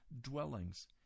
dwellings